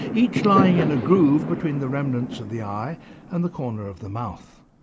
each lying in a groove between the remnants of the eye and the corner of the mouth.